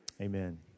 Amen